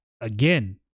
again